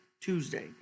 Tuesday